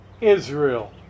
Israel